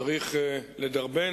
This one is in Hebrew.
צריך לדרבן.